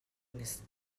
نیست